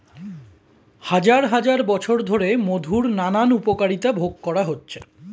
হাজার হাজার বছর ধরে মধুর নানান উপকারিতা ভোগ করা হচ্ছে